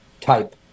type